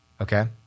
Okay